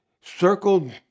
circled